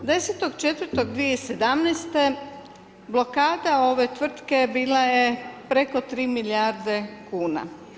10.04.2017. blokada ove tvrtke bila je preko 3 milijarde kuna.